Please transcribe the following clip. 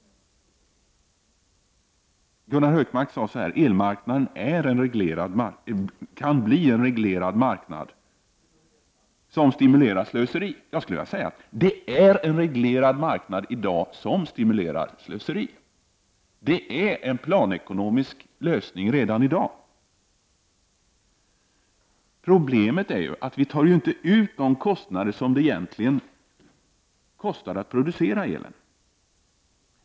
Gunnar Hökmark sade att elmarknaden kan bli en reglerad marknad som stimulerar slöseri. I dag är det en sådan marknad. Vi har redan en planekonomisk lösning. Problemet är ju att vi inte tar ut de kostnader som täcker produktionen av el.